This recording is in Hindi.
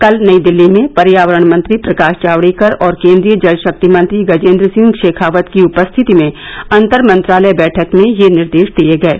कल नई दिल्ली में पर्यावरण मंत्री प्रकाश जावड़ेकर और केन्द्रीय जलशक्ति मंत्री गजेन्द्र सिंह शेखावत की उपरिथति में अंतर मंत्रालय बैठक में ये निर्देश दिये गये